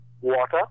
water